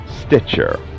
Stitcher